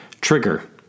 Trigger